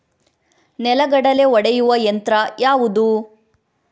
ನೆಲಗಡಲೆ ಒಡೆಯುವ ಯಂತ್ರ ಯಾವುದು?